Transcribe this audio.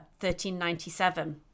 1397